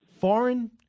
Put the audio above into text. foreign